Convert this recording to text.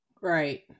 Right